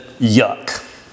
yuck